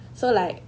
so like